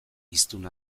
hiztun